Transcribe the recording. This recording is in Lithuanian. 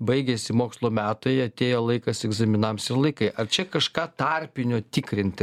baigėsi mokslo metai atėjo laikas egzaminams laikai ar čia kažką tarpinio tikrinti